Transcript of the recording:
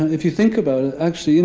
if you think about it, actually, you